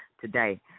today